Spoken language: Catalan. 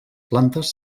plantes